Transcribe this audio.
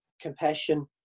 compassion